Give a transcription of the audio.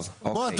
טוב, אוקיי.